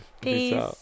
Peace